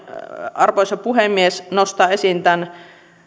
arvoisa puhemies nostaa esiin tämän